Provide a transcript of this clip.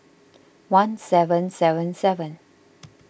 one seven seven seven